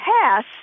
pass